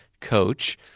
coach